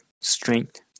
strength